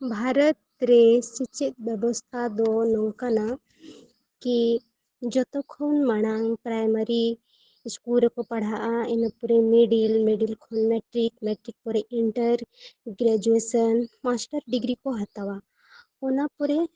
ᱵᱷᱟᱨᱚᱛ ᱨᱮ ᱥᱮᱪᱮᱫ ᱵᱮᱵᱚᱥᱛᱟ ᱫᱚ ᱱᱚᱝᱠᱟᱱᱟ ᱠᱤ ᱡᱚᱛᱚ ᱠᱷᱚᱱ ᱢᱟᱲᱟᱝ ᱯᱨᱟᱭᱢᱟᱨᱤ ᱥᱠᱩᱞ ᱨᱮᱠᱚ ᱯᱟᱲᱦᱟᱜᱼᱟ ᱤᱱᱟᱹᱯᱚᱨᱮ ᱢᱤᱰᱤᱞ ᱢᱤᱰᱤᱞ ᱠᱷᱚᱱ ᱢᱮᱴᱨᱤᱠ ᱢᱮᱴᱨᱤᱠ ᱯᱚᱨᱮ ᱤᱱᱴᱟᱨ ᱜᱨᱮᱡᱩᱭᱮᱥᱮᱱ ᱢᱟᱥᱴᱟᱨ ᱰᱤᱜᱽᱨᱤ ᱠᱚ ᱦᱟᱛᱟᱣᱟ ᱚᱱᱟ ᱯᱚᱨᱮ